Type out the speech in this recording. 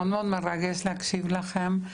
מאוד מאוד מרגש להקשיב לכם.